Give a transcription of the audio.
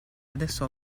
adesso